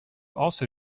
also